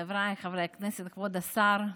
חבריי חברי הכנסת, כבוד השר,